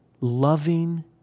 loving